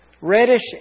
reddish